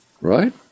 Right